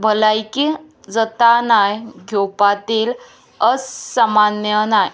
भलायकी जाता नाय घेवपाती असामान्य नाय